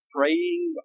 Praying